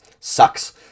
sucks